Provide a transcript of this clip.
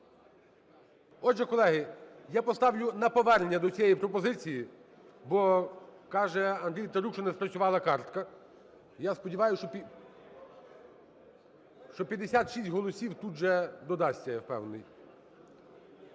Отже, колеги, я поставлю на повернення до цієї пропозиції, бо, каже Андрій Тетерук, що не спрацювала картка. Я сподіваюсь, що 56 голосів тут же додасться, я впевнений.